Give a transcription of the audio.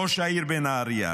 ראש העיר נהריה,